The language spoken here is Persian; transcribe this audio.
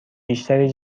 بیشتری